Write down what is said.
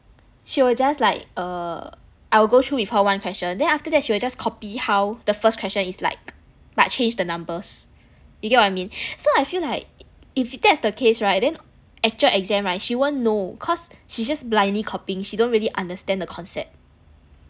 she will just like err I will go through with her one question then after that she will just copy how the first question is like but change the numbers you get what I mean so I feel like if that's the case right then actual exam right she won't know cause she just blindly copying she don't really understand the concept